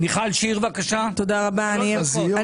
מיכל שיר, בבקשה, שלוש דקות.